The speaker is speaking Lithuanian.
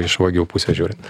iš vagių pusės žiūrint